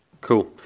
Cool